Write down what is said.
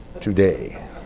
today